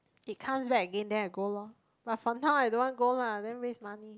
it comes back again then I go lor but for now I don't want to go lah damn waste money